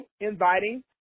inviting